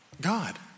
God